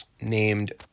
named